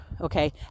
okay